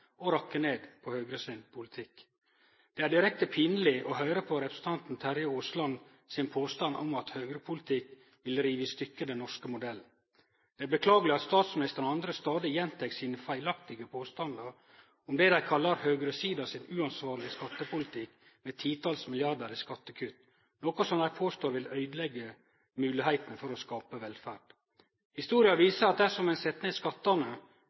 og rakke ned på Høgre sin politikk. Det er direkte pinleg å høyre representanten Terje Aasland sin påstand om at høgrepolitikk vil rive i sund den norske modellen. Det er beklageleg at statsministeren og andre stadig gjentek sine feilaktige påstandar om det dei kallar høgresida sin uansvarlege skattepolitikk med titals milliardar i skattekutt – noko som dei påstår vil øydeleggje moglegheitene for å skape velferd. Historia viser at dersom ein set ned skattane